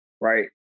right